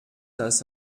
das